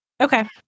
Okay